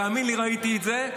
תאמין לי, ראיתי את זה.